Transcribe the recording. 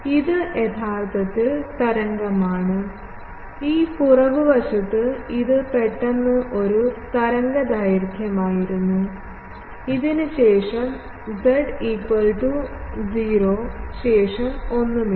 ഇത് യഥാർത്ഥത്തിൽ തരംഗമാണ് ഈ പുറകുവശത്ത് ഇത് പെട്ടെന്ന് ഒരു തരംഗദൈർഘ്യമായിരുന്നു ഇതിന് ശേഷം z 0 ശേഷം ഒന്നുമില്ല